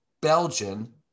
Belgian